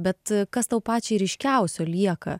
bet kas tau pačiai ryškiausio lieka